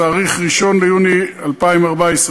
בתאריך 1 ביוני 2014,